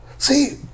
See